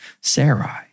Sarai